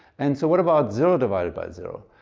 and so what about zero and but but zero?